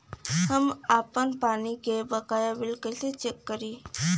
हम आपन पानी के बकाया बिल कईसे चेक करी?